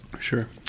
Sure